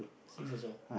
six years old